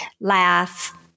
laugh